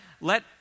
let